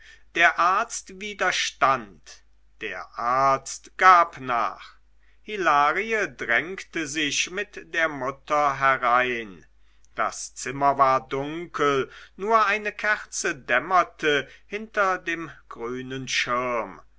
der arzt widerstand der arzt gab nach hilarie drängte sich mit der mutter herein das zimmer war dunkel nur eine kerze dämmerte hinter dem grünen schirm